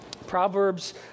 Proverbs